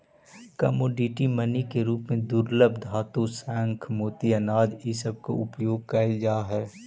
commodity money के रूप में दुर्लभ धातु शंख मोती अनाज इ सब के उपयोग कईल जा हई